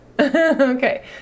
okay